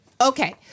okay